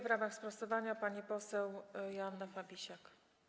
W ramach sprostowania pani poseł Joanna Fabisiak.